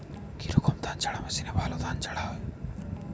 কি রকম ধানঝাড়া মেশিনে ভালো ধান ঝাড়া হয়?